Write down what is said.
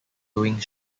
doing